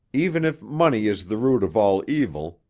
even if money is the root of all evil,